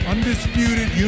Undisputed